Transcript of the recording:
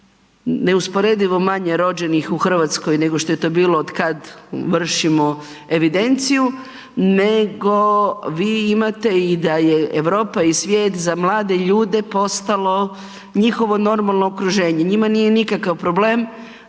neusporedivo manje rođenih u Hrvatskoj nego što je to bilo otkad vršimo evidenciju, nego vi imate i da je Europa i svijet za mlade ljude postalo njihovo normalno okruženje, njima nije nikakav problem